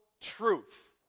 truth